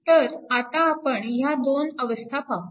तर आता आपण ह्या दोन अवस्था पाहू